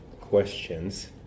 questions